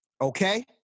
Okay